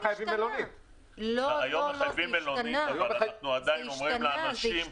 אומרים לאנשים,